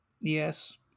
Yes